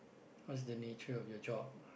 what's the nature of your job